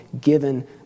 given